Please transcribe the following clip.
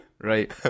Right